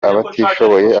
abatishoboye